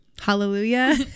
hallelujah